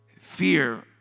Fear